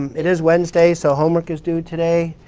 it is wednesday, so homework is due today.